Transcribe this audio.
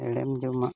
ᱦᱮᱲᱮᱢ ᱡᱚᱢᱟᱜ